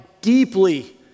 deeply